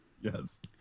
Yes